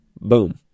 Boom